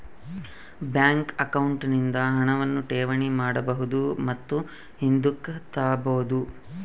bank account ನಿಂದ ಹಣವನ್ನು ಠೇವಣಿ ಮಾಡಬಹುದು ಮತ್ತು ಹಿಂದುಕ್ ತಾಬೋದು